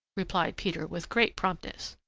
replied peter with great promptness.